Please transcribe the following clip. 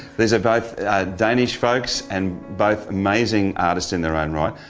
these are both danish folks and both amazing artists in there own right.